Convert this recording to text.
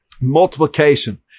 Multiplication